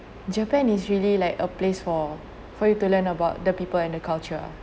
japan is really like a place for for you to learn about the people and the culture